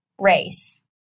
race